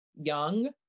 young